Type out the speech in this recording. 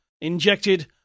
injected